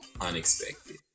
unexpected